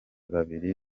babiri